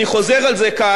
אני חוזר על זה כאן,